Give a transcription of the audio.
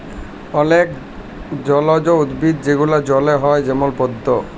অলেক জলজ উদ্ভিদ যেগলা জলে হ্যয় যেমল পদ্দ